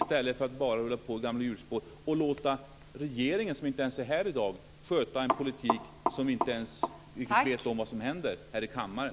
Ska man bara rulla på i gamla hjulspår och låta regeringen, som inte är representerad här i dag, föra en politik där man inte ens tar hänsyn till vad som sägs här i kammaren?